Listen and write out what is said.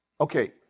Okay